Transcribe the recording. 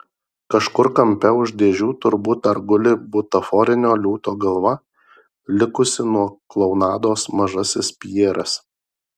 kažkur kampe už dėžių turbūt dar guli butaforinio liūto galva likusi nuo klounados mažasis pjeras